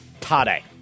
Today